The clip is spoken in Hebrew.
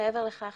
מעבר לכך